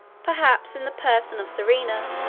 perhaps in the person of serena,